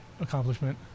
Accomplishment